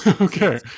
Okay